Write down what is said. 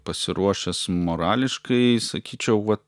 pasiruošęs morališkai sakyčiau va